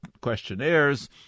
questionnaires